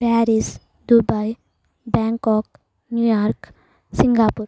Paris Dubai Bangkok New York Singapore